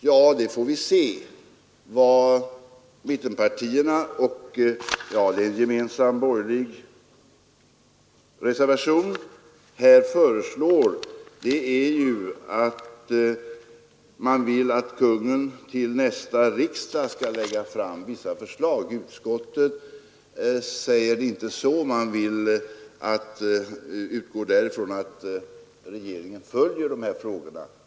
Ja, låt oss se vad mittenpartierna föreslår. Det finns ju en gemensam borgerlig reservation. Man vill att regeringen till nästa riksdag skall lägga fram vissa förslag. Utskottet säger inte så utan utgår från att regeringen följer dessa frågor.